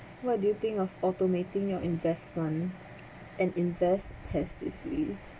what do you think of automating your investment and invest passively